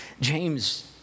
James